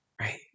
Right